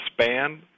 span